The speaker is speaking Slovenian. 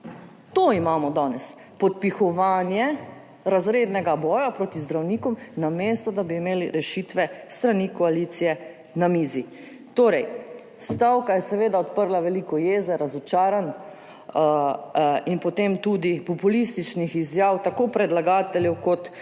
To imamo danes – podpihovanje razrednega boja proti zdravnikom, namesto da bi imeli na mizi rešitve s strani koalicije. Torej, stavka je seveda odprla veliko jeze, razočaranj in potem tudi populističnih izjav tako predlagateljev kot